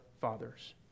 fathers